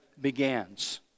begins